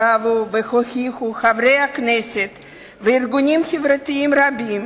שבו והוכיחו חברי כנסת וארגונים חברתיים רבים